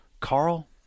Carl